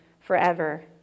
forever